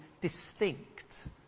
distinct